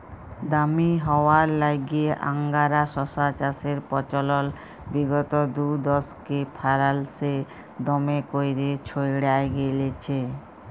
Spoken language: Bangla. দামি হউয়ার ল্যাইগে আংগারা শশা চাষের পচলল বিগত দুদশকে ফারাল্সে দমে ক্যইরে ছইড়ায় গেঁইলছে